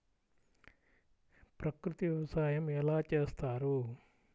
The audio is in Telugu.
ప్రకృతి వ్యవసాయం ఎలా చేస్తారు?